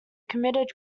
committed